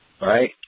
right